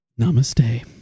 Namaste